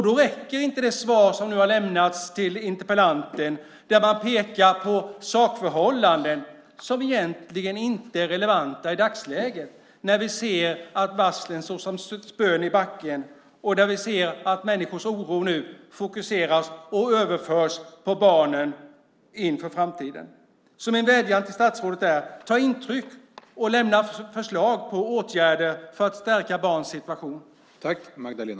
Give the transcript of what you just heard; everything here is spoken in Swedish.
Då räcker inte det svar som nu har lämnats till interpellanten där man pekar på sakförhållanden som egentligen inte är relevanta i dagsläget när vi ser att varslen står som spön i backen och när vi ser att människors oro fokuseras och överförs på barnen inför framtiden. Min vädjan till statsrådet är: Ta intryck och lämna förslag på åtgärder för att stärka barns situation!